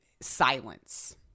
silence